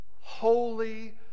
holy